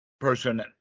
person